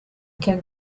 can